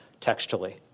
textually